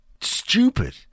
stupid